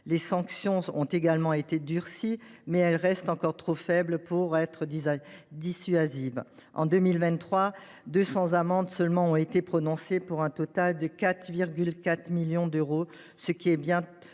Les sanctions ont été durcies, mais restent encore trop faibles pour être dissuasives : en 2023, seulement 200 amendes ont été prononcées pour un total de 4,4 millions d’euros, ce qui est bien